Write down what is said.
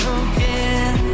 again